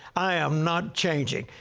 i am not changing.